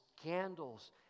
scandals